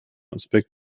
aspekt